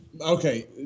Okay